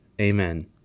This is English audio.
Amen